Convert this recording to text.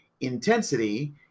intensity